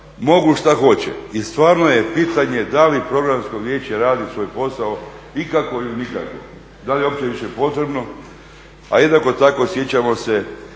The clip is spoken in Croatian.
mogu što hoće. I stvarno je pitanje da li Programsko vijeće radi svoj posao ikako ili nikako. Da li je uopće više potrebno? A jednako tako sjećamo se